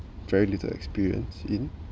very little experience in